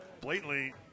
blatantly